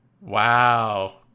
wow